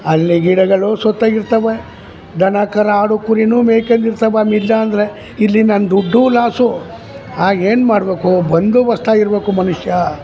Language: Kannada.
ಅಲ್ಲಿ ಗಿಡಗಳು ಸತ್ತೋಗಿರ್ತವೆ ದನ ಕರು ಆಡು ಕುರಿ ಮೇಯ್ಕೊಂಡು ಇರ್ತವೆ ಇಲ್ಲಾಂದರೆ ಇಲ್ಲಿ ನನ್ನ ದುಡ್ಡು ಲಾಸು ಆಗೇನು ಮಾಡಬೇಕು ಬಂದೋಬಸ್ತಾಗಿರ್ಬೇಕು ಮನುಷ್ಯ